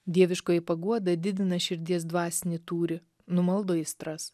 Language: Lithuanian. dieviškoji paguoda didina širdies dvasinį tūrį numaldo aistras